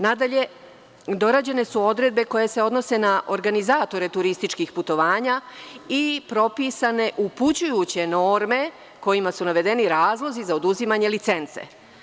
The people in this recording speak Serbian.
Nadalje, dorađene su odredbe koje se odnose na organizatore turističkih putovanja i propisane upućujuće norme kojima su navedeni razlozi za oduzimanje licence.